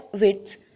widths